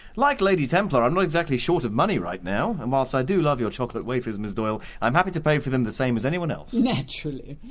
like lady templar, i'm not exactly short of money right now. and whilst i do love your chocolate wafers, ms doyle, i'm happy to pay for them the same as anyone else! naturally!